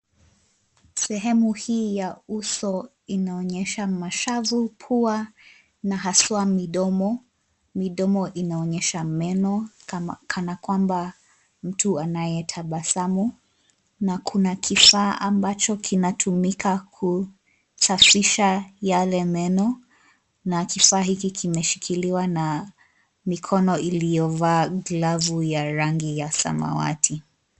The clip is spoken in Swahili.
Sehemu hii ya uso inonyesha mashavu, pua na haswaa midomo. Midomo inoonyesha meno kama, kana kwamba mtu anayetabasamu. Na kuna kifaa ambacho kinatumika kusafisha yale meno na kifaa hiki kimeshikiliwa na mikono iliyovaa glavu ya rangi ya samawati.